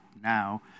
now